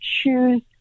choose